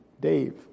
Dave